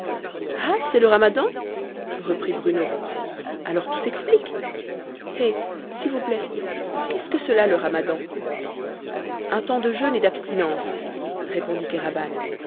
ah c'est le ramadan reprit bruno alors tout s'explique eh s'il vous plaît qu'est-ce que cela le ramadan un temps de jeûne et d'abstinence répondit